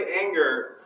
anger